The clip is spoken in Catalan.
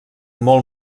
molt